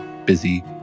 busy